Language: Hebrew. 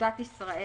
אגודת ישראל,